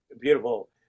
beautiful